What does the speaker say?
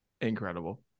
Incredible